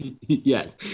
Yes